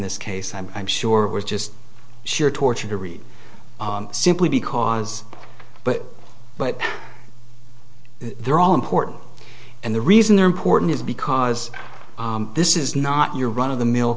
this case i'm i'm sure it was just sheer torture to read simply because but but they're all important and the reason they're important is because this is not your run of the mill